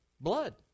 blood